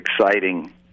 exciting